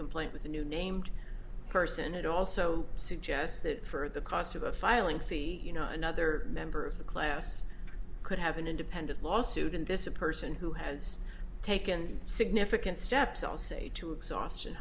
complaint with a new named person it also suggests that for the cost of a filing fee you know another member of the class could have an independent lawsuit and this is a person who has taken significant steps i'll say to exhaustion